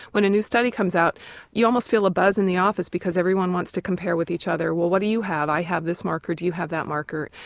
when a new study comes out you almost feel a buzz in the office because everyone wants to compare with each other well, what do you have, i have this marker, do you have that marker?